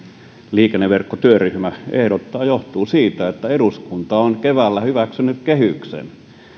liikenneverkkotyöryhmä ehdottaa johtuu siitä että eduskunta on keväällä hyväksynyt kehyksen